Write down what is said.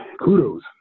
kudos